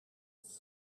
its